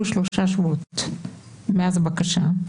שלושה שבועות מאז הבקשה,